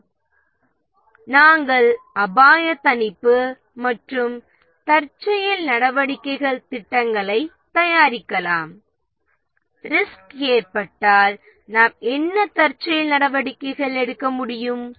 நாம் இப்போது ரிஸ்க்கின் தணிப்பு மற்றும் தற்செயல் நடவடிக்கைகான திட்டங்களைத் தயாரிக்கலாம் அதாவது ரிஸ்க் ஏற்பட்டால் நாம் என்ன தற்செயல் நடவடிக்கைகள் எடுக்க முடியும்